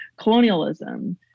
colonialism